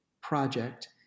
project